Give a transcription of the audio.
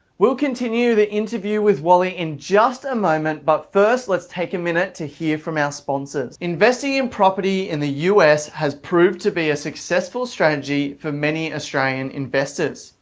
we'll continue the interview with wally in just a moment but first let's take a minute to hear from our sponsors. investing in property in the us has proved to be a successful strategy for many australian investors.